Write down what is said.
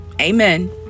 amen